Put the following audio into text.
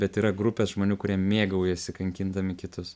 bet yra grupės žmonių kurie mėgaujasi kankindami kitus